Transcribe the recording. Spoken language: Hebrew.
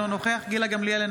אינו נוכח גילה גמליאל,